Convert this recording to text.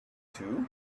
too